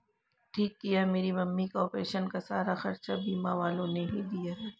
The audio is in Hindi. ठीक किया मेरी मम्मी का ऑपरेशन का सारा खर्चा बीमा वालों ने ही दिया